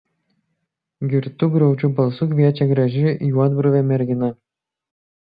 girtu graudžiu balsu kviečia graži juodbruvė mergina